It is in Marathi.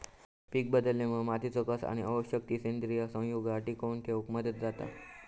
पीकबदलामुळे मातीचो कस आणि आवश्यक ती सेंद्रिय संयुगा टिकवन ठेवक मदत जाता